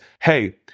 hey